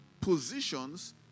positions